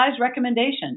recommendation